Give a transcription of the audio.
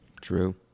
True